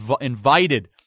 invited